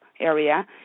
area